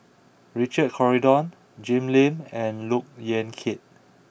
Richard Corridon Jim Lim and Look Yan Kit